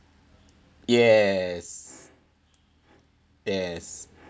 yes yes